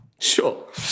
Sure